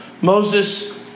Moses